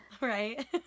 right